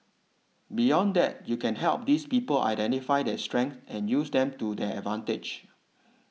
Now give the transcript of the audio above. beyond that you can help these people identify their strengths and use them to their advantage